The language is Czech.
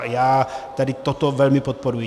Já tady toto velmi podporuji.